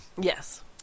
Yes